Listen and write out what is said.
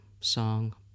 song